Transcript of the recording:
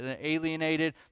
alienated